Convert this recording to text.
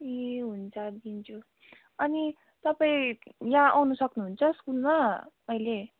ए हुन्छ दिन्छु अनि तपाईँ यहाँ आउनु सक्नुहुन्छ स्कुलमा अहिले